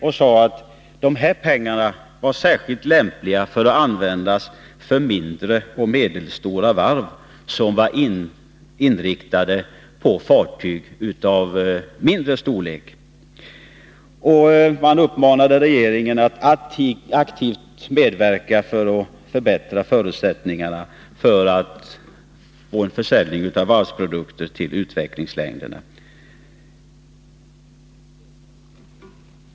Man sade att de här pengarna var särskilt lämpliga att användas för mindre och medelstora varv, som var inriktade på fartyg av mindre storlek. Man uppmanade regeringen att aktivt medverka till att förbättra förutsättningarna för en försäljning av varvsprodukter till utvecklingsländerna.